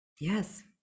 Yes